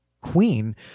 queen